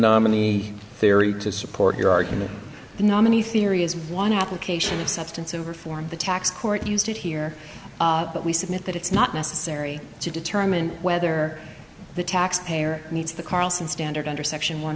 nominee theory to support your argument the nominee theory is one application of substance over form the tax court used here but we submit that it's not necessary to determine whether the tax payer needs the carlson standard under section one